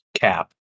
cap